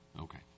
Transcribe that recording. Okay